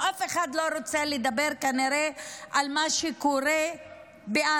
כנראה שאף אחד לא רוצה לדבר על מה שקורה בעזה,